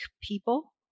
people